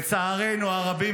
לצערנו הרבים,